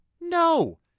no